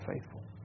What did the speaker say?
faithful